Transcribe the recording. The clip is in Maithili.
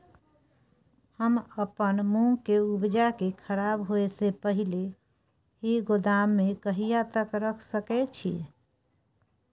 हम अपन मूंग के उपजा के खराब होय से पहिले ही गोदाम में कहिया तक रख सके छी?